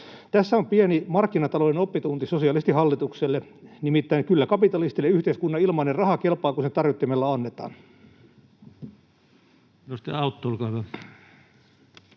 Tässä on pieni markkinatalouden oppitunti sosialistihallitukselle. Nimittäin kyllä kapitalistille yhteiskunnan ilmainen raha kelpaa, kun se tarjottimella annetaan.